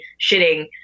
shitting